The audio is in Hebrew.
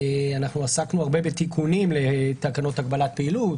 אנחנו עסקנו הרבה בתיקונים לתקנות הגבלת פעילות,